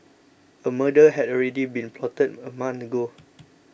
a murder had already been plotted a month ago